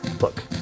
look